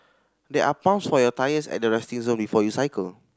there are pumps for your tyres at the resting zone before you cycle